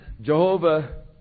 Jehovah